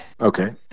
Okay